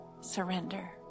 surrender